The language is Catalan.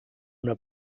una